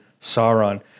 Sauron